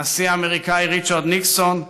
הנשיא האמריקני ריצ'רד ניקסון,